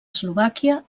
eslovàquia